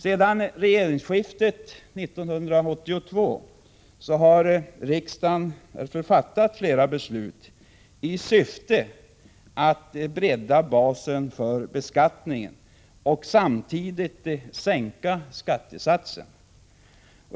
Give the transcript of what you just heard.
Sedan regeringsskiftet 1982 har riksdagen fattat flera beslut i syfte att bredda basen för beskattningen och samtidigt sänka skattesatsen.